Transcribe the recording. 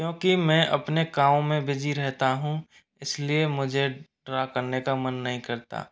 क्यूोंकि मैं अपने कामों में बिजी रहता हूँ इसलिए मुझे ड्रा करने का मन नहीं करता